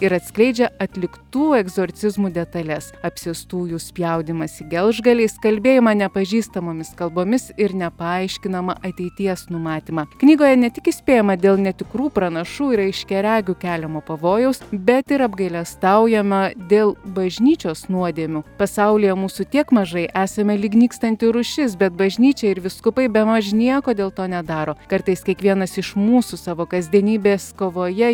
ir atskleidžia atliktų egzorcizmų detales apsėstųjų spjaudymąsi gelžgaliais kalbėjimą nepažįstamomis kalbomis ir nepaaiškinamą ateities numatymą knygoje ne tik įspėjama dėl netikrų pranašų ir aiškiaregių keliamo pavojaus bet ir apgailestaujama dėl bažnyčios nuodėmių pasaulyje mūsų tiek mažai esame lyg nykstanti rūšis bet bažnyčia ir vyskupai bemaž nieko dėl to nedaro kartais kiekvienas iš mūsų savo kasdienybės kovoje